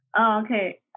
Okay